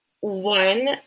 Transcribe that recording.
one